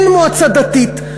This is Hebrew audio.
אין מועצה דתית.